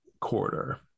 quarter